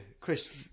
Chris